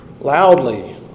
loudly